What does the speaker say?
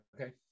Okay